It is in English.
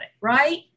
Right